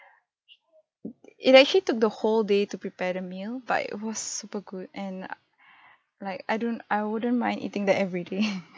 it actually took the whole day to prepare the meal but it was super good and uh like I don't I wouldn't mind eating that every day